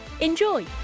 Enjoy